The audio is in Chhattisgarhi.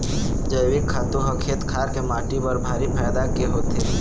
जइविक खातू ह खेत खार के माटी बर भारी फायदा के होथे